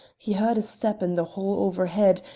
he heard a step in the hall overhead,